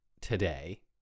today